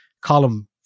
column